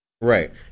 right